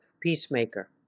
Peacemaker